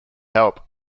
help